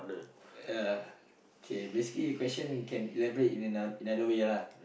yeah K basically the question can elaborate in another way lah